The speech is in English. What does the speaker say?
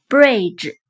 Bridge